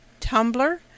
Tumblr